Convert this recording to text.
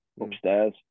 upstairs